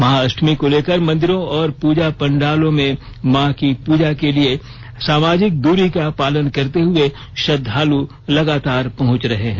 महाअष्टमी को लेकर मंदिरों और पूजा पंडालों में मां की पूजा के लिए सामाजिक दूरी का पालन करते हुए श्रद्धालु लगातार पहुंच रहे हैं